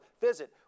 visit